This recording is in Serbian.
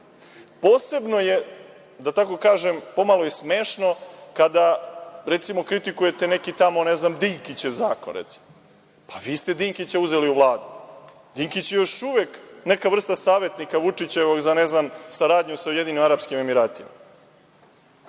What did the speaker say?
Posebno je, da tako kažem, pomalo i smešno kada recimo kritikujete neki tamo ne znam Dinkićev zakona, recimo. Pa, vi ste Dinkića uzeli u Vladu. Dinkić je još uvek neka vrsta savetnika Vučićevog za saradnju sa Ujedinjenim Arapskim Emiratima.